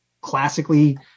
classically